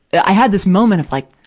i had this moment of, like,